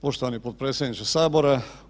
Poštovani potpredsjedniče Sabora.